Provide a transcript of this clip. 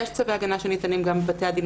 יש צווי הגנה שניתנים גם בבתי הדין